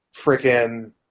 freaking